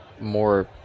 more